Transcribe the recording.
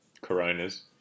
coronas